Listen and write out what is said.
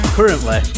Currently